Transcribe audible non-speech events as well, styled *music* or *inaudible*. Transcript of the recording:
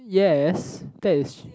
yes that is *noise*